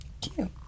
cute